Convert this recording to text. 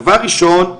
דבר ראשון,